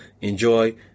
enjoy